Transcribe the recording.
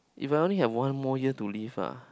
if I only have one more year to live ah